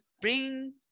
bring